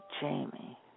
Jamie